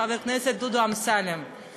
חבר הכנסת דודו אמסלם,